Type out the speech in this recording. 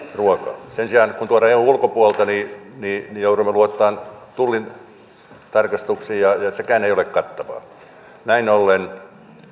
ruokaa sen sijaan kun tuodaan eun ulkopuolelta joudumme luottamaan tullin tarkastuksiin ja sekään ei ole kattavaa näin ollen